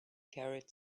carried